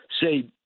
say